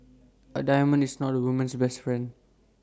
A diamond is not A woman's best friend